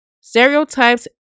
Stereotypes